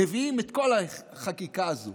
מביאים את כל החקיקה הזו